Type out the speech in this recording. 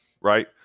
right